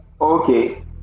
Okay